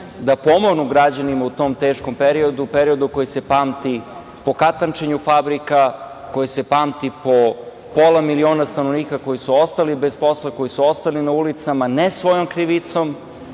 da pomognu građanima u tom teškom periodu, periodu koji se pamti po katančenju fabrika, koji se pamti po pola miliona stanovnika koji su ostali bez posla, koji su ostali na ulicama, ne svojom krivicom,